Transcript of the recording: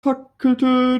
fackelte